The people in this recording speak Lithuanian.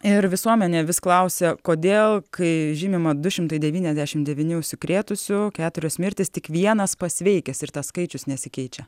ir visuomenė vis klausia kodėl kai žymima du šimtai devyniasdešimt devyni užsikrėtusių keturios mirtys tik vienas pasveikęs ir tas skaičius nesikeičia